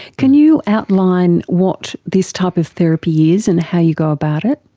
can you outline what this type of therapy is and how you go about it?